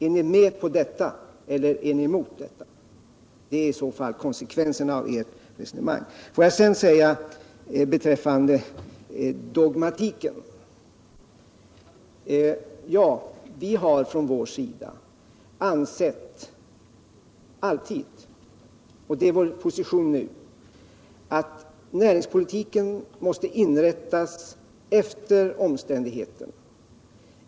Är ni med på detta, eller är ni mot detta? Det är konsekvensen av ert resonemang. Får jag sedan säga beträffande problematiken att vi från vår sida alltid ansett — och det är vår position nu — att näringspolitiken måste inrättas efter omständigheterna.